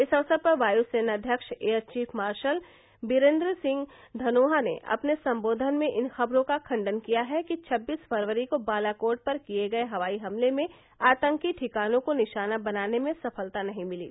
इस अवसर पर वायुसेनाध्यक्ष एयरचीफ मार्शल बिरेन्दर सिंह धनोआ ने अपने संबोधन में इन खबरों का खंडन किया है कि छबीस फरवरी को बालाकोट पर किए गए हवाई हमले में आतंकी ठिकानों को निशाना बनाने में सफलता नहीं मिली